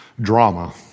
drama